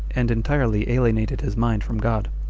and entirely alienated his mind from god,